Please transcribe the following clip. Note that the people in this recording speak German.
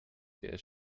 der